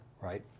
right